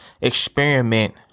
experiment